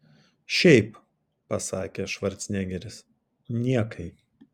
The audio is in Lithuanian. šiaip pasakė švarcnegeris niekai